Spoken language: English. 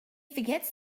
forgets